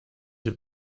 have